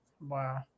Wow